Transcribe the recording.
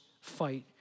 fight